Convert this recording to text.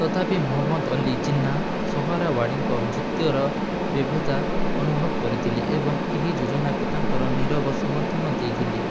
ତଥାପି ମହମ୍ମଦ ଅଲି ଜିନ୍ନାହା ସୁହରାୱାର୍ଡ଼ୀଙ୍କ ଯୁକ୍ତିର ବିଭତା ଅନୁଭବ କରିଥିଲେ ଏବଂ ଏହି ଯୋଜନାକୁ ତାଙ୍କର ନିରବ ସମର୍ଥନ ଦେଇଥିଲେ